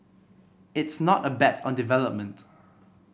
it's not a bet on development